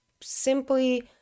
simply